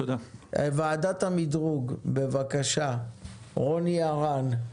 ועדת המדרוג, בבקשה, רוני ארן.